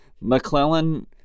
mcclellan